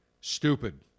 stupid